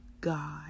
God